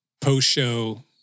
post-show